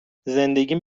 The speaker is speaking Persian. زندگیم